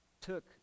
took